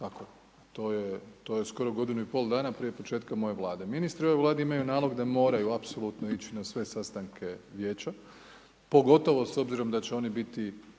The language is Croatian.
Tako je, to je skoro godinu i pol dana prije početka moje Vlade. Ministri u ovoj Vladi imaju nalog da moraju apsolutno ići na sve sastanke Vijeća, pogotovo s obzirom da će oni biti,